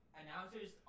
announcers